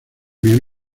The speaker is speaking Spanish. bien